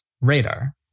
radar